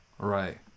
Right